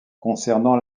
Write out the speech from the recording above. concernant